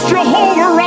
Jehovah